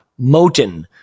Moten